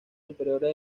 superiores